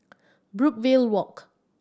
Brookvale Walk